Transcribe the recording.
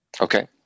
Okay